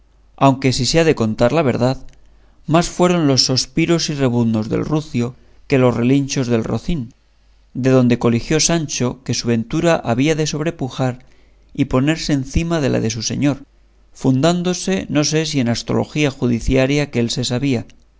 aunque si se ha de contar la verdad más fueron los sospiros y rebuznos del rucio que los relinchos del rocín de donde coligió sancho que su ventura había de sobrepujar y ponerse encima de la de su señor fundándose no sé si en astrología judiciaria que él se sabía